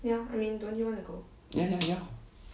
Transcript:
ya ya ya